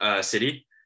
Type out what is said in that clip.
city